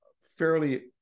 fairly